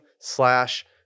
slash